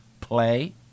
play